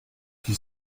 qui